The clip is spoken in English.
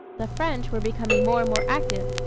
the french were becoming more and more active,